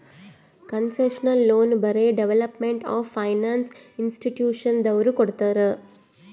concessional loan ಬರೇ development of finance ಇನ್ಸ್ಟಿಟ್ಯೂಷನದವ್ರು ಕೊಡ್ತಾರ್